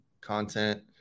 content